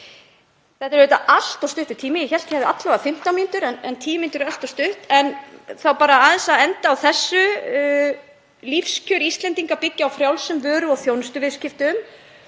Þetta er auðvitað allt of stuttur tími. Ég hélt að ég hefði alla vega 15 mínútur en 10 mínútur eru allt of stuttur tími. Ég vil þá enda á þessu: Lífskjör Íslendinga byggja á frjálsum vöru- og þjónustuviðskiptum.